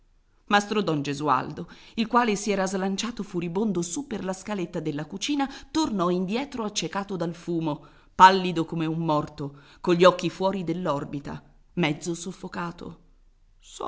fuoco mastro don gesualdo il quale si era slanciato furibondo su per la scaletta della cucina tornò indietro accecato dal fumo pallido come un morto cogli occhi fuori dell'orbita mezzo soffocato